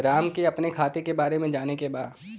राम के अपने खाता के बारे मे जाने के बा?